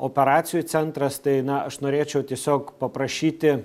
operacijų centras tai na aš norėčiau tiesiog paprašyti